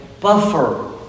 buffer